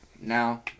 now